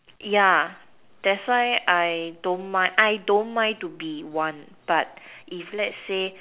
yeah that's why I don't mind I don't mind to be one but if let's say